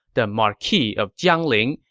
the marquis of jiangling,